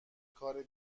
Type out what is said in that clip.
کار